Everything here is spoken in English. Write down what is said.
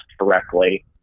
correctly